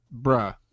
bruh